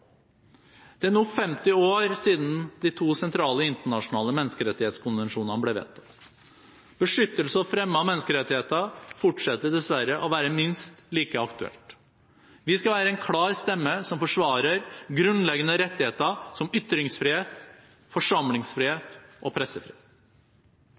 Det er nå 50 år siden de to sentrale internasjonale menneskerettighetskonvensjonene ble vedtatt. Beskyttelse og fremme av menneskerettigheter fortsetter dessverre å være minst like aktuelt. Vi skal være en klar stemme som forsvarer av grunnleggende rettigheter som ytringsfrihet, forsamlingsfrihet